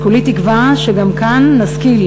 אז כולי תקווה שגם כאן נשכיל,